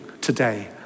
today